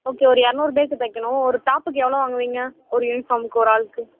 okay ஒரு இரநூறு பேருக்கு தைக்கணும் ஒரு டாப்புக்கு எவ்வளோ வாங்குறிங்க ஒரு யூனிஃபார்ம்க்கு ஒரு ஆளுக்கு